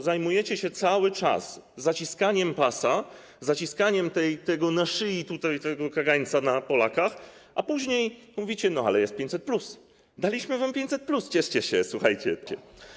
Zajmujecie się cały czas zaciskaniem pasa, zaciskaniem tego na szyi, tutaj tego kagańca na Polakach, a później mówicie: No ale jest 500+, daliśmy wam 500+, cieszcie się, słuchajcie, od nas macie.